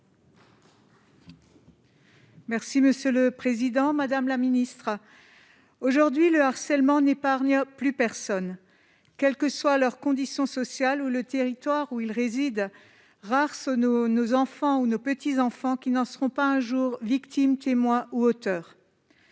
Merci monsieur le président, madame la ministre, aujourd'hui le harcèlement n'épargne plus personne, quelles que soient leurs conditions sociales ou le territoire où il réside rares nos, nos enfants ou nos petits-enfants qui ne seront pas un jour victime témoin ou auteur